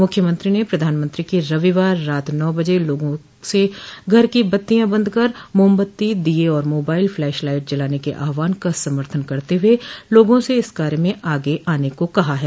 मूख्यमंत्री ने प्रधानमंत्री के रविवार रात नौ बजे लोगों से घर की बत्तियां बंद कर मोमबत्ती दिये और मोबाइल फ्लैश लाइट जलाने के आहवान का समर्थन करते हुए लोगों से इस कार्य में आगे आने को कहा है